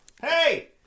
hey